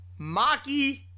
Maki